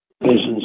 business